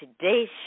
today's